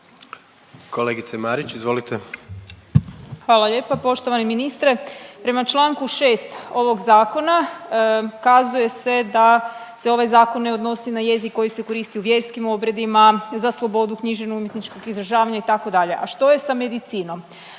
**Marić, Andreja (SDP)** Hvala lijepa poštovani ministre. Prema čl. 6 ovog Zakona kazuje se da se ovaj Zakon ne odnosi na jezik koji se koristi u vjerskim obredima, za slobodu književno-umjetničkog izražavanja, itd., a što je sa medicinom?